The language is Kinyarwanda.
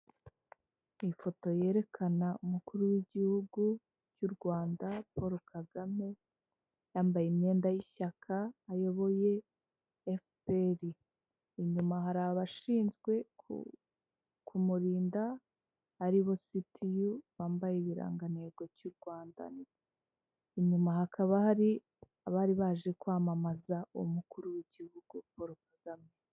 Ifoto yerekana umukuru w'igihugu cy'u Rwanda Paul Kagame yambaye imyenda y'ishyaka ayoboye Efuperi. Inyuma hari abashinzwe ku murinda aribo citiyu wambaye ibirangantego by'u Rwanda. Inyuma hakaba hari abari baje kwamamaza umukuru w'igihugu Paul Kagame.